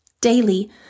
Daily